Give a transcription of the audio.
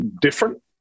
different